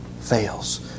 fails